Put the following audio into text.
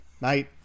mate